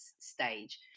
stage